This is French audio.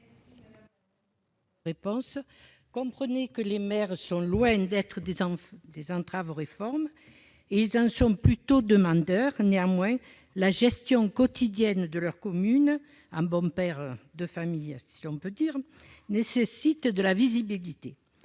réponse. Comprenez que les maires sont loin d'être des entraves aux réformes ; ils en sont plutôt demandeurs. Néanmoins, la gestion quotidienne de leur commune « en bon père de famille » nécessite de la visibilité,